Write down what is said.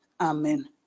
Amen